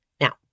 now